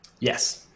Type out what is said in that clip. Yes